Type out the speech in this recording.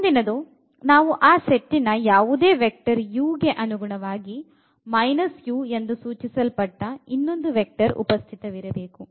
ಮುಂದಿನದು ನಾವು ಆ ಸೆಟ್ಟಿನ ಯಾವುದೇ ವೆಕ್ಟರ್ u ಗೆ ಅನುಗುಣವಾಗಿ u ಎಂದು ಸೂಚಿಸಲ್ಪಟ್ಟ ಇನ್ನೊಂದು ವೆಕ್ಟರ್ ಉಪಸ್ಥಿತವಿರಬೇಕು